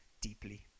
deeply